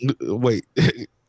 Wait